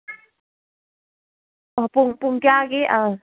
ꯄꯨꯡ ꯄꯨꯡ ꯀꯌꯥꯒꯤ ꯑꯥ